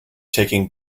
taking